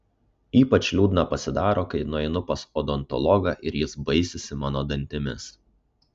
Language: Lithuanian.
ypač liūdna pasidaro kai nueinu pas odontologą ir jis baisisi mano dantimis